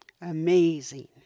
amazing